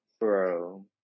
Bro